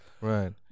right